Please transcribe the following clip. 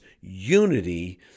unity